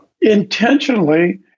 intentionally